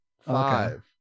Five